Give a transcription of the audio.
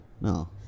no